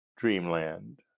Dreamland